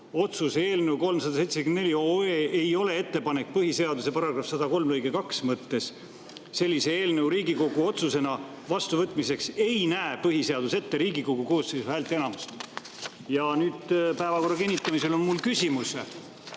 otsuse eelnõu 374 OE ei ole ettepanek põhiseaduse § 103 lõike 2 mõttes ja sellise eelnõu Riigikogu otsusena vastuvõtmiseks ei näe põhiseadus ette Riigikogu koosseisu häälteenamust. Nüüd, päevakorra kinnitamisel on mul küsimus,